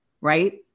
right